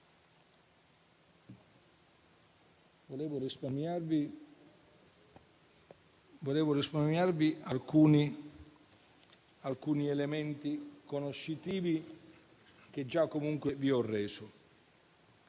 Vorrei risparmiarvi alcuni elementi conoscitivi che ho comunque già reso.